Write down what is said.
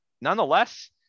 nonetheless